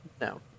No